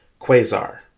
Quasar